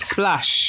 Splash